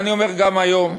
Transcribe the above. ואני אומר גם היום: